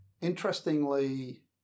interestingly